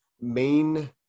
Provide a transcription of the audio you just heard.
main